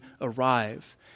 arrive